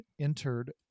entered